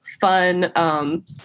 fun